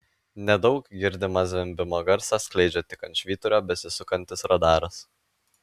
nedaug girdimą zvimbimo garsą skleidžia tik ant švyturio besisukantis radaras